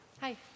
Hi